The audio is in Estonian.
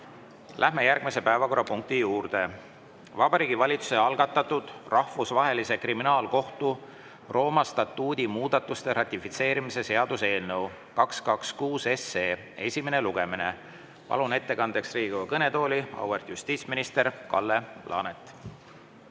Läheme järgmise päevakorrapunkti juurde: Vabariigi Valitsuse algatatud Rahvusvahelise Kriminaalkohtu Rooma statuudi muudatuste ratifitseerimise seaduse eelnõu 226 esimene lugemine. Palun ettekandeks Riigikogu kõnetooli, auväärt justiitsminister Kalle Laanet!